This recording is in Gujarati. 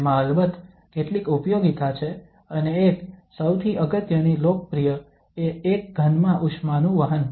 તેમાં અલબત્ત કેટલીક ઉપિયોગિતા છે અને એક સૌથી અગત્યની લોકપ્રિય એ એક ઘનમાં ઉષ્માનું વહન